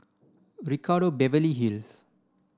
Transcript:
Ricardo Beverly Hills